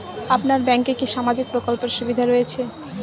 আপনার ব্যাংকে কি সামাজিক প্রকল্পের সুবিধা রয়েছে?